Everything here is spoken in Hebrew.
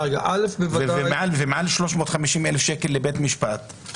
יודע שהוא מכניס עוד כמה אלפי שקלים לכיסו מתוך הדבר הזה.